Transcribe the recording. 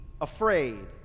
afraid